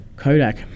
Kodak